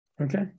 Okay